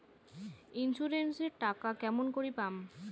Insurance এর টাকা কেমন করি পাম?